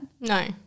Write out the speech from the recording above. No